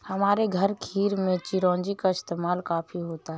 हमारे घर खीर में चिरौंजी का इस्तेमाल काफी होता है